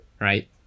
right